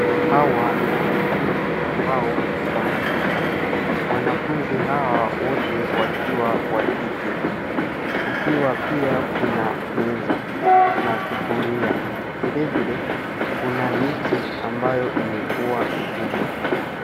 Hawa ni wanafunzi ambao wanapika. Wanafunzi hawa wote wakiwa wa kike kukiwa pia kuna meza na sufuria. Vilevile, kuna miti ambayo imekua mikubwa.